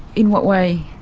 in what way?